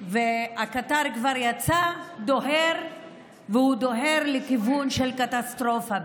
הקטר כבר יצא והוא דוהר לכיוון של קטסטרופה,